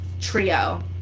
trio